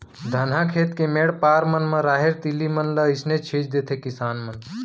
धनहा खेत के मेढ़ पार मन म राहेर, तिली मन ल अइसने छीन देथे किसान मन